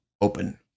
open